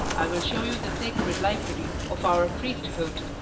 i will show you the sacred library of our priesthood